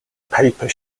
paper